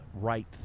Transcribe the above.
right